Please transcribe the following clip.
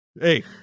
Hey